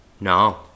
No